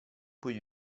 cui